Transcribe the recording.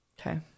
Okay